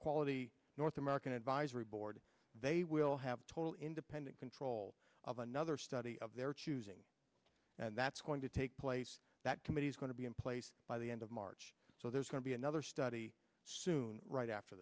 quality north american advisory board they will have total independent control of another study of their choosing and that's going to take place that committee's going to be in place by the end of march so there's going to be another study soon right after